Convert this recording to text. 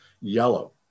yellow